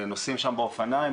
נוסעים שם באופניים,